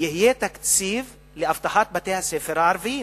יהיה תקציב לאבטחת בתי-הספר הערביים.